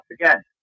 Again